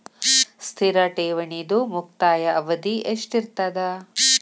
ಸ್ಥಿರ ಠೇವಣಿದು ಮುಕ್ತಾಯ ಅವಧಿ ಎಷ್ಟಿರತದ?